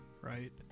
right